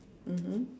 mmhmm